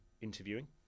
interviewing